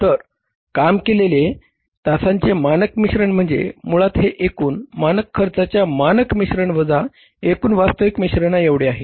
तर काम केलेल्या तासाचे मानक मिश्रण म्हणजे मुळात हे एकूण मानक खर्चाच्या मानक मिश्रण वजा एकूण वास्तविक मिश्रणा एवढे आहे